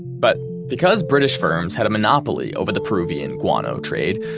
but because british firms had a monopoly over the peruvian guano trade,